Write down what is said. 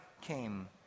came